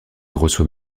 reçoit